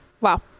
Wow